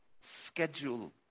schedule